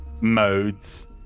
modes